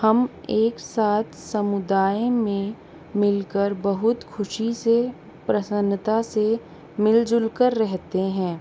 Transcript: हम एक साथ समुदाय में मिल कर बहुत खुशी से प्रसन्नता से मिलजुल कर रहते हैं